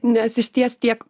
nes išties tiek